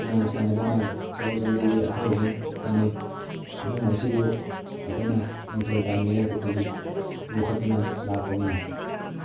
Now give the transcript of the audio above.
ꯁꯥꯟꯅꯗꯨꯅ ꯁꯒꯣꯜ ꯀꯥꯡꯖꯩꯒꯤ ꯑꯊꯣꯏ ꯑꯍꯦꯟ ꯇꯥꯟꯅꯩ ꯃꯐꯝ ꯑꯁꯤꯕꯨ ꯑꯩꯈꯣꯏꯅ ꯅꯤꯡꯊꯧ ꯄꯥꯜꯂꯤꯉꯩ ꯍꯥꯛꯇꯛꯇꯒꯤ ꯌꯣꯛꯈꯠꯇꯨꯅ ꯂꯥꯛꯄꯅꯤ